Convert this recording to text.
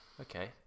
Okay